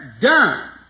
done